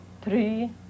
Three